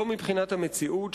לא מבחינת המציאות,